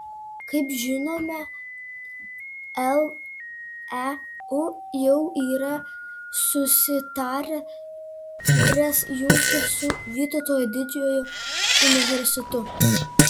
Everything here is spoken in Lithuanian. kaip žinome leu jau yra susitaręs jungtis su vytauto didžiojo universitetu